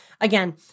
Again